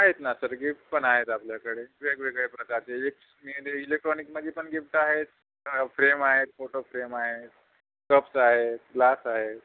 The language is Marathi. आहेत ना सर गिफ्ट पण आहेत आपल्याकडे वेगवेगळे प्रकारचे गिफ्ट्समध्ये इलेक्ट्रॉनिक्समध्येपण गिफ्ट आहेत फ्रेम आहेत फोटो फ्रेम आहेत कप्स आहेत ग्लास आहेत